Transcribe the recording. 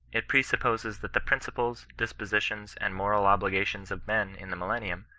it presupposes that the principles, dispositions, and moral obligations of men in the millennium,